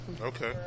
Okay